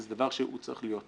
זה דבר שהוא צריך להיות בסיסי.